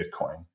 Bitcoin